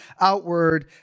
outward